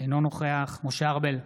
אינו נוכח משה ארבל,